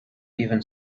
even